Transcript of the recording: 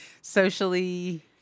socially